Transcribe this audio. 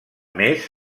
més